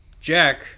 Jack